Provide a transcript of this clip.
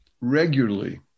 regularly